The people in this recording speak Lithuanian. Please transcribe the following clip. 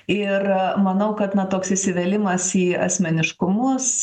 ir manau kad na toks įsivėlimas į asmeniškumus